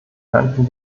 könnten